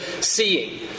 seeing